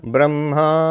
Brahma